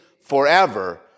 forever